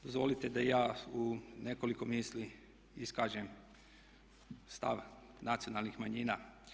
Dozvolite da i ja u nekoliko misli iskažem stav nacionalnih manjina.